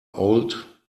old